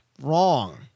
Wrong